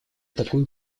такую